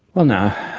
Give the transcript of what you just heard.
well now,